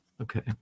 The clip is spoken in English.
Okay